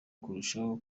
kurushaho